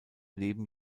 leben